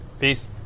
Peace